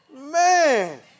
man